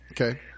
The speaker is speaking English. Okay